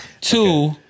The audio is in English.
Two